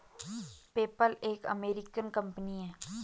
PayPal एक American company है